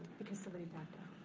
because somebody backed